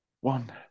One